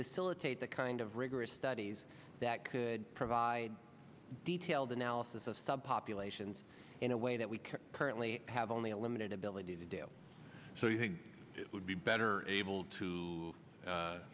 facilitate the kind of rigorous studies that could provide detailed analysis of sub populations in a way that we currently have only a limited ability to do so you think it would be better able to